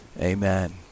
amen